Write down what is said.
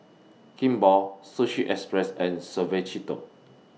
Kimball Sushi Express and Suavecito